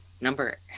Number